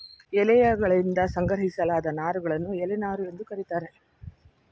ಎಲೆಯಗಳಿಂದ ಸಂಗ್ರಹಿಸಲಾದ ನಾರುಗಳನ್ನು ಎಲೆ ನಾರು ಎಂದು ಕರೀತಾರೆ